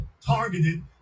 targeted